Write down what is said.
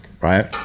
right